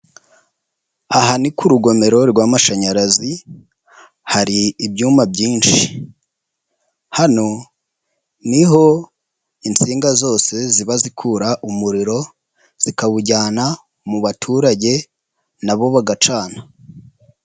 Aha ni ku rugomero rw'amashanyarazi, hari ibyumba byinshi. Hano niho insinga zose ziba zikura umuriro zikawujyana mu baturage nabo bagacana.